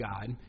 god